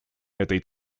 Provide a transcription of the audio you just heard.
этой